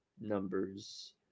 numbers